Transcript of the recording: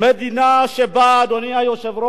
מדינה שבה, אדוני היושב-ראש,